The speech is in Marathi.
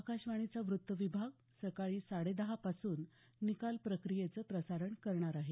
आकाशवाणीचा व्रत्त विभाग सकाळी साडेदहा पासून निकाल प्रक्रियेचं प्रसारण करणार आहे